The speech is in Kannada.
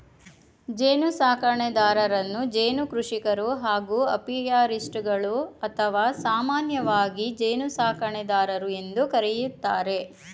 ಜೇನುಸಾಕಣೆದಾರರನ್ನು ಜೇನು ಕೃಷಿಕರು ಹಾಗೂ ಅಪಿಯಾರಿಸ್ಟ್ಗಳು ಅಥವಾ ಸಾಮಾನ್ಯವಾಗಿ ಜೇನುಸಾಕಣೆದಾರರು ಎಂದು ಕರಿತಾರೆ